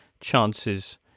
chances